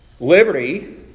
Liberty